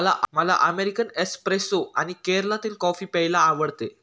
मला American espresso आणि केरळातील कॉफी प्यायला आवडते